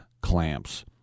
clamps